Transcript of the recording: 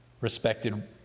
respected